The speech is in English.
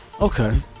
Okay